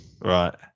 Right